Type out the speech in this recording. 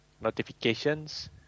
notifications